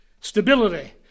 Stability